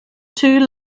too